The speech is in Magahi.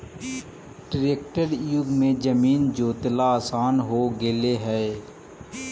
ट्रेक्टर युग में जमीन जोतेला आसान हो गेले हइ